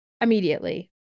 immediately